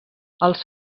els